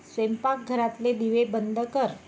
स्वयंपाकघरातले दिवे बंद कर